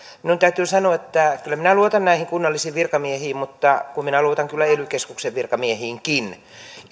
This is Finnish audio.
minun täytyy sanoa että kyllä minä luotan näihin kunnallisiin virkamiehiin mutta luotan kyllä ely keskuksen virkamiehiinkin